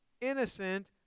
innocent